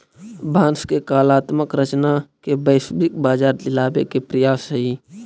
बाँस के कलात्मक रचना के वैश्विक बाजार दिलावे के प्रयास हई